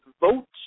Vote